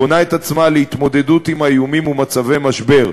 בונה את עצמה להתמודדות עם האיומים ועם ומצבי משבר.